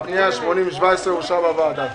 פנייה 8017 אושרה בוועדה.